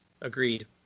agreed